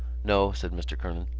no, said mr. kernan.